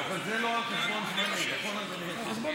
אבל זה לא על חשבון זמני, נכון, אדוני?